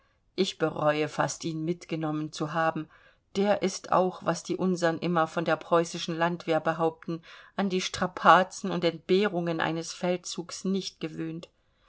ich bereue fast ihn mitgenommen zu haben der ist auch was die unseren immer von der preußischen landwehr behaupten an die strapazen und entbehrungen eines feldzugs nicht gewöhnt